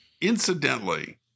incidentally